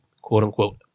quote-unquote